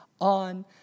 on